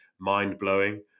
mind-blowing